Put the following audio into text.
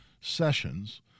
sessions